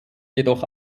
jedoch